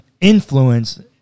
influence